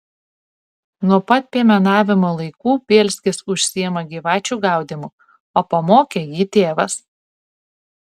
nuo pat piemenavimo laikų bielskis užsiima gyvačių gaudymu o pamokė jį tėvas